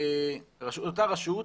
אותה רשות,